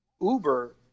Uber